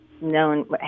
known